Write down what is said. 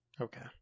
Okay